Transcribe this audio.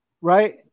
Right